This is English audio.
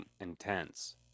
intense